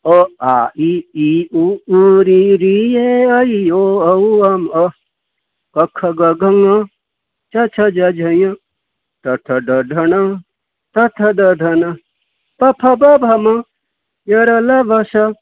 ओ आ इ ई उ ऊ रि री ए ऐ ओ औ अम् अह् कखगङ चछजझञ टठडढण तथदधन पफबभम यरलवश